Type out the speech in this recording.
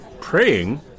praying